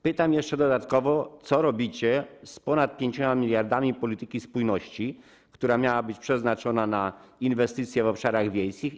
Pytam jeszcze dodatkowo, co robicie z ponad 5 mld z polityki spójności, które miały być przeznaczone na inwestycje na obszarach wiejskich.